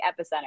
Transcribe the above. Epicenter